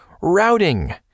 Routing